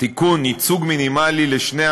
חברה עם אידיאל,